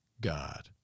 God